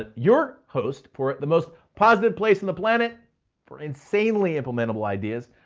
ah your host for the most positive place in the planet for insanely implementable ideas.